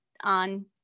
on